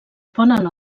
ponen